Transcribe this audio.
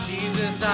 Jesus